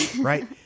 right